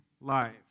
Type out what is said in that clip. life